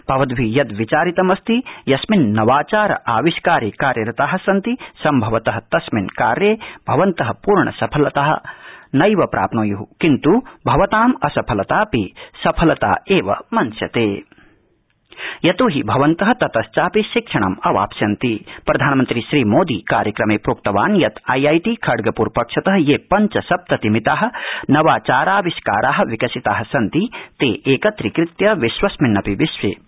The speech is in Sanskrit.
भवद्भि यद्विचारितमस्ति यस्मिन् नवाचार आविष्कार कार्यरता सन्ति संभवत तस्मिन् कार्ये भवन्तः पूर्णसफला न स्यु किन्तु भवताम् असफलतापि सफलता एव मन्स्यत िितोहि भवन्तः ततश्चापि शिक्षणमवाप्स्यन्ति प्रधानमंत्री श्रीमोदीकार्यक्रम प्रीक्तवान् यत् आईआईटी खड़गप्र पक्षत यप्पञ्च सप्तति मिता नवाचाराविष्कारा विकसिता सन्ति तप्रिकत्रीकृत्य विश्वस्मिन्नपि विश्वप्रदर्शनीया